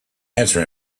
answer